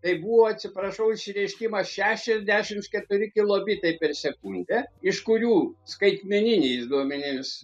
tai buvo atsiprašau už išreiškimą šešiasdešimt keturi kilobitai per sekundę iš kurių skaitmeniniais duomenimis